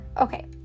Okay